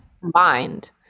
combined